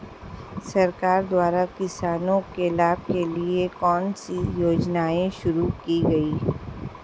सरकार द्वारा किसानों के लाभ के लिए कौन सी योजनाएँ शुरू की गईं?